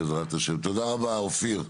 בעזרת השם, תודה רבה אופיר,